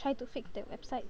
try to fix their website